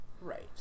right